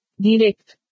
Direct